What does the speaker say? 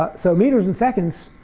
ah so meters and seconds,